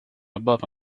above